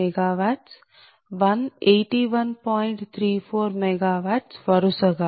34 MW వరుసగా